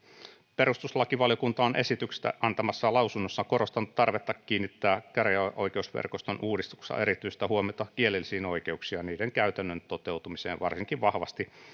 perustuslakivaliokunta on esityksestä antamassaan lausunnossa korostanut tarvetta kiinnittää käräjäoikeusverkoston uudistuksessa erityistä huomiota kielellisiin oikeuksiin ja niiden käytännön toteutumiseen varsinkin vahvasti